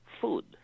food